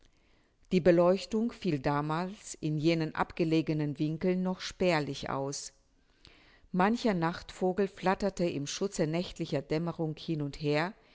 die beleuchtung fiel damals in jenen abgelegenen winkeln noch spärlich aus mancher nachtvogel flatterte im schutze nächtlicher dämmerung hin und her